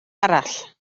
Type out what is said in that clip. arall